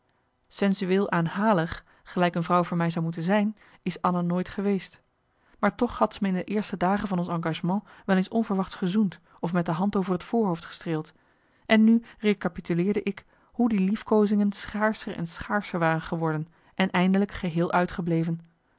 sensueel aanhalig gelijk een vrouw voor mij zou moeten zijn is anna nooit geweest maar toch had zij me in de eerste dagen van ons engagement wel eens onverwachts gezoend of met de hand over het voorhoofd gestreeld en nu recapituleerde ik hoe die liefkoozingen schaarscher en schaarscher waren geworden en eindelijk geheel